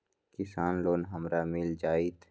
किसान लोन हमरा मिल जायत?